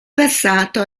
passato